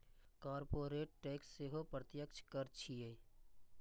corporate tax सेहो प्रत्यक्ष कर छियै